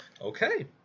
Okay